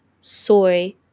soy